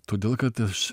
todėl kad aš